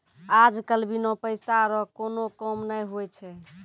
आज कल बिना पैसा रो कोनो काम नै हुवै छै